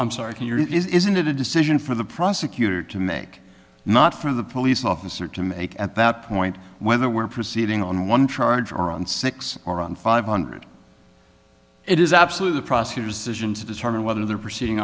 i'm sorry can your isn't it a decision for the prosecutor to make not for the police officer to make at that point whether we're proceeding on one charge or on six or on five hundred it is absolutely the prosecutor's decision to determine whether they're proceeding